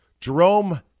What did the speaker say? Jerome